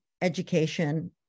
education